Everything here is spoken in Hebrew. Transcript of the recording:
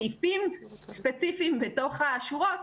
סעיפים ספציפיים בתוך השורות,